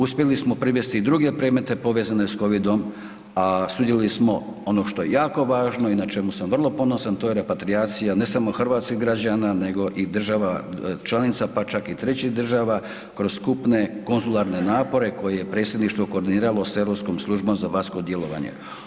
Uspjeli smo privesti i druge predmete povezane s kovidom, a sudjelovali smo ono što je jako važno i na čemu sam vrlo ponosan to je repatrijacija ne samo hrvatskih građana nego i država članica pa čak i trećih država kroz skupne konzularne napore koje je predsjedništvo koordiniralo s Europskom službom za vanjsko djelovanje.